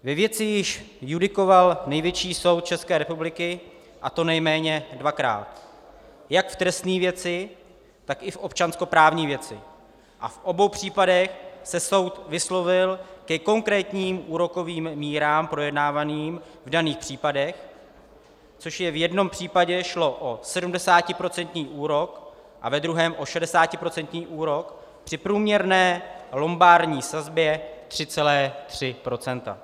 Ve věci již judikoval Nejvyšší soud České republiky, a to nejméně dvakrát, jak v trestní věci, tak i v občanskoprávní věci, a v obou případech se soud vyslovil ke konkrétním úrokovým mírám projednávaným v daných případech, což v jednom případě šlo o 70% úrok a ve druhém o 60% úrok při průměrné lombardní sazbě 3,3 %.